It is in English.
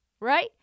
right